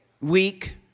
weak